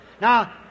Now